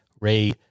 Ray